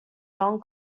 non